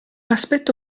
aspetto